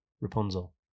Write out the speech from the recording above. Rapunzel